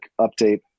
update